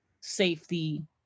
safety